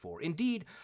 Indeed